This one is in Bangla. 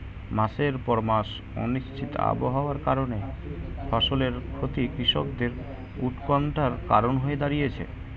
মাসের পর মাস অনিশ্চিত আবহাওয়ার কারণে ফসলের ক্ষতি কৃষকদের উৎকন্ঠার কারণ হয়ে দাঁড়িয়েছে